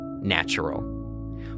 natural